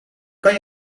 kan